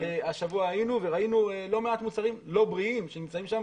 השבוע היינו וראינו לא מעט מוצרים לא בריאים שנמצאים שם